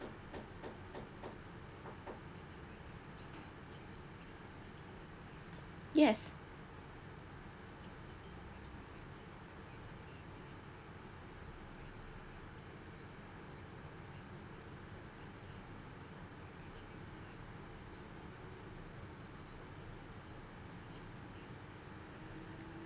yes